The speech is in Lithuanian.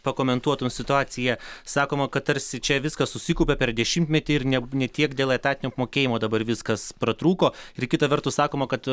pakomentuotum situaciją sakoma kad tarsi čia viskas susikaupė per dešimtmetį ir ne tiek dėl etatinio apmokėjimo dabar viskas pratrūko ir kita vertus sakoma kad